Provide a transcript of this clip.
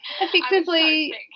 effectively